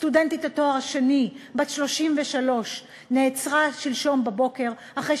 סטודנטית לתואר השני בת 33 נעצרה שלשום בבוקר אחרי